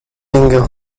single